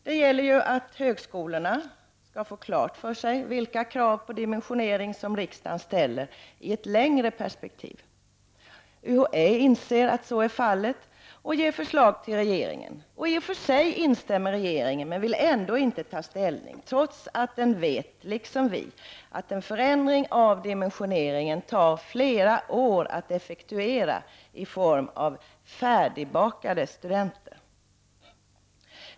Det gäller att högskolorna skall få klart för sig vilka krav på dimensionering som riksdagen ställer i ett längre perspektiv. UHÄ inser att så är fallet och har gett förslag till regeringen. I och för sig instämmer regeringen, men man vill ändå inte ta ställning, trots att man vet — liksom vi — att en förändring av dimensioneringen tar flera år att effektuera i form av färdigbakade studenter.